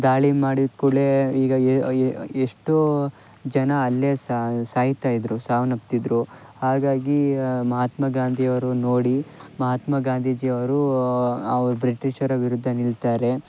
ದಾಳಿ ಮಾಡಿದ ಕುಳೇ ಈಗ ಎಷ್ಟೋ ಜನ ಅಲ್ಲೇ ಸಾ ಸಾಯ್ತಾ ಇದ್ದರು ಸಾವನ್ನಪ್ತಿದ್ದರು ಹಾಗಾಗಿ ಮಹಾತ್ಮ ಗಾಂಧಿಯವರು ನೋಡಿ ಮಹಾತ್ಮ ಗಾಂಧೀಜಿಯವ್ರು ಅವ್ರು ಬ್ರಿಟಿಷರ ವಿರುದ್ಧ ನಿಲ್ತಾರೆ